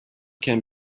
can